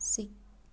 C